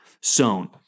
sown